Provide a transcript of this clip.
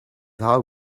how